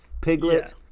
Piglet